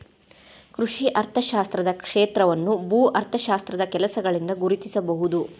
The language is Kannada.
ಕೃಷಿ ಅರ್ಥಶಾಸ್ತ್ರದ ಕ್ಷೇತ್ರವನ್ನು ಭೂ ಅರ್ಥಶಾಸ್ತ್ರದ ಕೆಲಸಗಳಿಂದ ಗುರುತಿಸಬಹುದು